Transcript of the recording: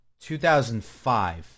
2005